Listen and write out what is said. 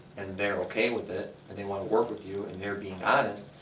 and they are okay with it, and they want to work with you, and they are being honest,